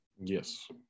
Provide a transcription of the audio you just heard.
Yes